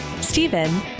Stephen